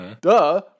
Duh